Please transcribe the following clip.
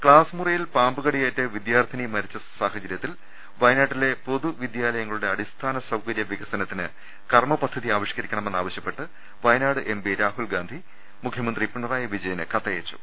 class മുറിയിൽ പാമ്പുകടിയേറ്റ് വിദ്യാർത്ഥിനി മരിച്ച സാഹച രൃത്തിൽ വയനാട്ടിലെ പൊതും വിദ്യാലയങ്ങളുടെ അടിസ്ഥാന സൌകര്യ വികസനത്തിന് കർമ്മ പദ്ധതി ആവിഷ്ക്കരിക്കണമെന്ന് ആവശ്യപ്പെട്ട് വയനാട് എംപി രാഹുൽ ഗാന്ധി മുഖ്യമന്ത്രി പിണ റായി വിജയന് കത്തയച്ചു